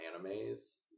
animes